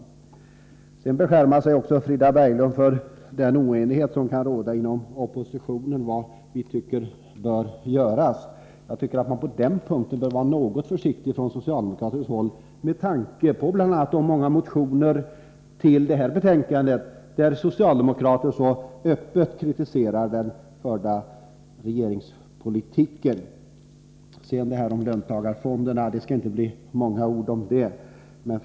Frida Berglund beskärmar sig också över den oenighet som inom oppositionen kan råda om vad som bör göras. Jag tycker att man på den punkten bör vara något försiktig på socialdemokratiskt håll, bl.a. med tanke på de många socialdemokratiska motioner vilka behandlas i arbetsmarknadsutskottets betänkande 21 och i vilka man så öppet kritiserar den förda regeringspolitiken. Jag skall inte säga många ord om löntagarfonderna.